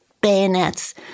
bayonets